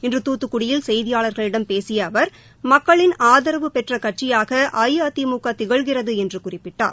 இன்ற துத்துக்குடியில் செய்தியாளர்களிடம் பேசிய அவர் மக்களின் ஆதரவு பெற்ற கட்சியாக அஇஅதிமுக திகழ்கிறது என்று குறிப்பிட்டார்